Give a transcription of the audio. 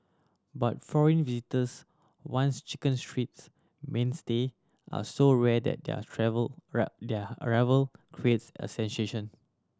but foreign visitors once Chicken Street's mainstay are so rare that their travel their arrival creates a sensation